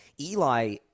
Eli